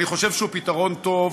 אני חושב שהוא פתרון טוב,